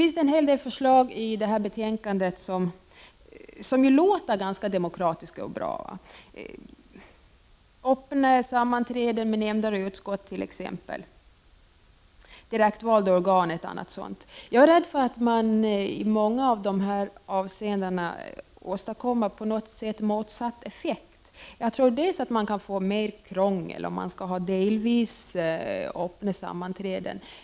I detta betänkande behandlas flera förslag som låter demokratiska och bra, t.ex. om öppna sammanträden med nämnder och utskott och om direktvalda organ. Jag är rädd för att dessa förslag i många avseenden åstadkommer motsatt effekt. Delvis öppna sammanträden kan skapa mera krångel.